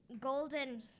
golden